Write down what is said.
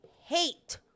hate